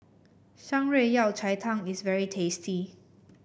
Shan Rui Yao Cai Tang is very tasty